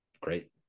great